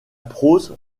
prose